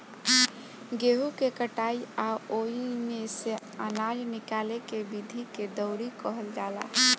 गेहूँ के कटाई आ ओइमे से आनजा निकाले के विधि के दउरी कहल जाला